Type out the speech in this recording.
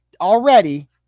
already